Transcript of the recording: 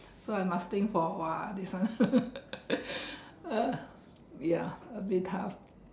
so I must think for a while this one uh ya a bit tough